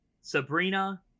Sabrina